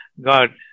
God